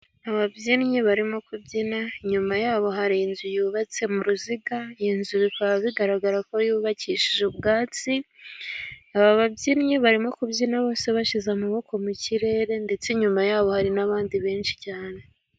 Ababyinnyi barimo kubyina, inyuma yabo hari inzu yubatse mu ruziga iyi nzu bikaba bigaragara ko yubakishije ubwatsi, aba babyinnyi barimo kubyina bose bashyize amaboko mu kirere ndetse inyuma yabo hari n'abandi benshi cyane.